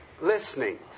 listening